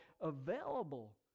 available